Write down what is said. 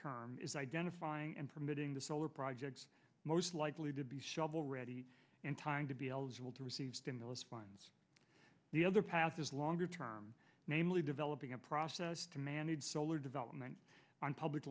term is identifying and permitting the solar projects most likely to be shovel ready in time to be eligible to receive stimulus funds the other path is longer term namely developing a process to manage solar development on public